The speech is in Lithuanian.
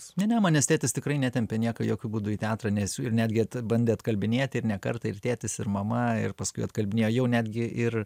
ne ne manęs tėtis tikrai netempė nieko jokiu būdu į teatrą nes ir netgi bandė atkalbinėti ir ne kartą ir tėtis ir mama ir paskui atkalbinėjo jau netgi ir